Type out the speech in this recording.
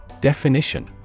Definition